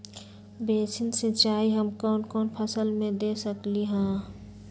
Basin सिंचाई हम कौन कौन फसल में दे सकली हां?